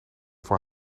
voor